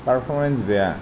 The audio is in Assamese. পাৰ্ফমেন্স বেয়া